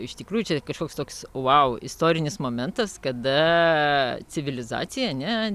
iš tikrųjų čia kažkoks toks vau istorinis momentas kada civilizacija ar ne